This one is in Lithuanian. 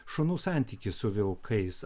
šunų santykis su vilkais